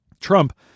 Trump